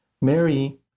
Mary